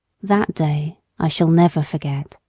that day i shall never forget.